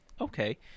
okay